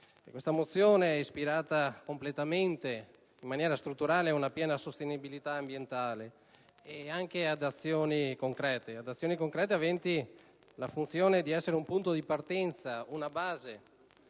La mozione è ispirata completamente e in maniera strutturale ad una piena sostenibilità ambientale e anche ad azioni concrete aventi la funzione di essere un punto di partenza, una base,